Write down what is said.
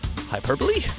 Hyperbole